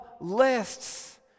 lists